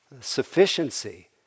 sufficiency